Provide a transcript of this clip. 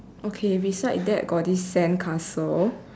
okay beside that got this sandcastle